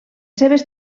seves